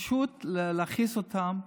פשוט להכעיס אותם.